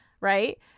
right